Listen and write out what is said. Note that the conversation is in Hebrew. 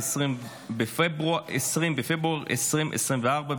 20 בפברואר 2024,